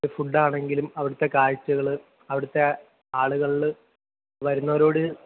food ആണെങ്കിലും അവിടുത്തെ കാഴ്ചകൾ അവിടുത്തെ ആളുകൾ വരുന്നവരോട്